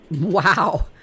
Wow